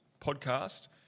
podcast